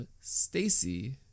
Stacy